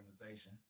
organization